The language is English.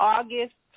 August